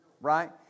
right